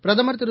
பிரதமர் திரு